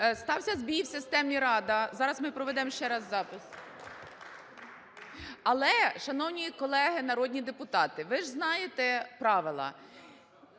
Стався збій в системі "Рада". Зараз ми проведемо ще раз запис. Але, шановні колеги народні депутати, ви ж знаєте правила.